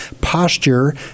posture